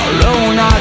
Alone